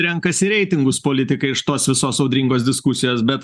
renkasi reitingus politikai iš tos visos audringos diskusijos bet